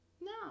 No